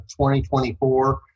2024